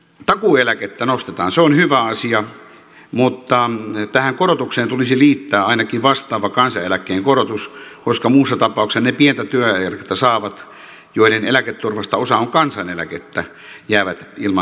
takuueläkettä nostetaan se on hyvä asia mutta tähän korotukseen tulisi liittää ainakin vastaava kansaneläkkeen korotus koska muussa tapauksessa ne pientä työeläkettä saavat joiden eläketurvasta osa on kansaneläkettä jäävät ilman korotusta